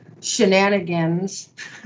shenanigans